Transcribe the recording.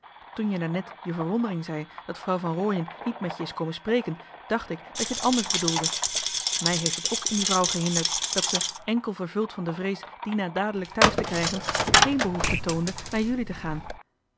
toen je daarnet je verwondering zei dat vrouw van rooien niet met je is komen spreken dacht ik dat je het anders bedoelde mij heeft het ook in die vrouw gehinderd dat ze enkel vervuld van de vrees dina dadelijk thuis te krijgen geen behoefte toonde naar jullie te gaan